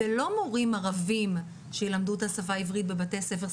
ולא מורים ערביים שילמדו את השפה העברית בבתי הספר,